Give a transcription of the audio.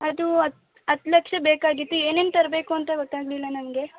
ಅದು ಹತ್ತು ಲಕ್ಷ ಬೇಕಾಗಿತ್ತು ಏನೇನು ತರಬೇಕು ಅಂತ ಗೊತ್ತಾಗಲಿಲ್ಲ ನನಗೆ